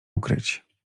ukryć